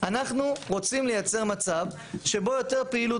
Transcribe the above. אנחנו רוצים לייצר מצב שבו יותר פעילות